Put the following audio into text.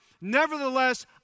Nevertheless